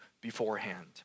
beforehand